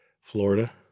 Florida